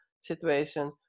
situation